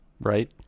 right